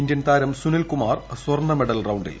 Indian താരം സുനിൽകുമാർ സ്വർണ്ണമെഡൽ റൌണ്ടിൽ